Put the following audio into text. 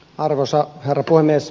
arvoisa herra puhemies